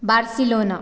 Barcelona